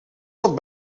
pot